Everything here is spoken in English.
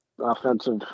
offensive